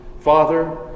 father